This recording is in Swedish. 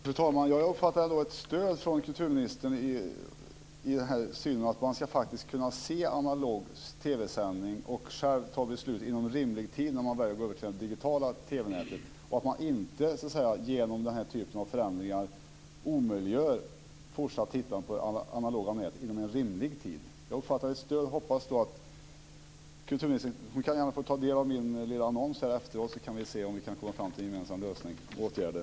Fru talman! Jag uppfattar ändå ett stöd från kulturministern när det gäller åsikten att man ska kunna se analog TV-sändning och inom rimlig tid själv fatta beslut om när man vill gå över till det digitala TV nätet. Vi omöjliggör inte genom denna typ av förändring fortsatt tittande på det analoga nätet under en rimlig tid. Jag uppfattar ett stöd. Kulturministern kan gärna få ta del av min lilla annons här efteråt, så vi kan se om vi kan komma fram till en gemensam lösning eller gemensamma åtgärder.